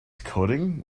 coding